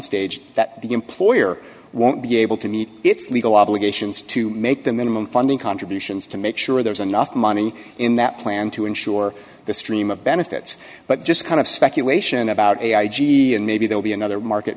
stage that the employer won't be able to meet its legal obligations to make the minimum funding contributions to make sure there's enough money in that plan to ensure the stream of benefits but just kind of speculation about maybe they'll be another market